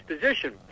position